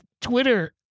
Twitter